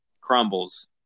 crumbles